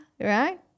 right